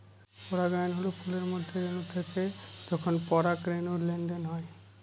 পরাগায়ন হল ফুলের মধ্যে রেনু থেকে যখন পরাগরেনুর লেনদেন হয়